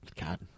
God